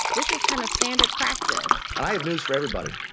this is kind of standard practice and i have news for everybody.